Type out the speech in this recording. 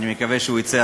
אני מקווה שהוא יֵצא,